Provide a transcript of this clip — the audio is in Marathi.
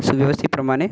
सुव्यवस्थितप्रमाणे